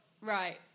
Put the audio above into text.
right